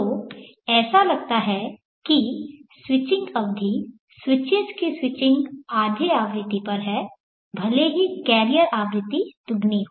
तो ऐसा लगता है कि स्विचिंग अवधि स्विचेस की स्विचिंग आधे आवृत्ति पर है भले ही कैरियर आवृत्ति दुगनी हो